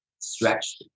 stretch